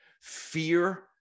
Fear